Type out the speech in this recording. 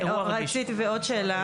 עוד שאלה.